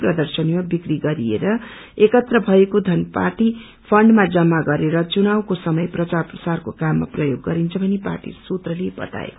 प्रर्दशनीमा विक्री गरिएर एकत्र भएको धन पार्टी फण्डमा जमा गरेर चुनावको समय प्रचार प्रसारको काममा प्रयोग गरिन्छ भनी पार्टी सुत्रले बताए